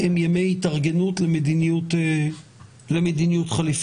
אם הממשלה נוקטת במדיניות של מה שנקרא